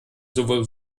sowohl